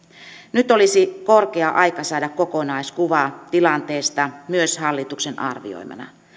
nyt olisi korkea aika saada kokonaiskuva tilanteesta myös hallituksen arvioimana